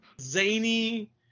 Zany